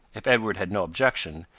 if edward had no objection,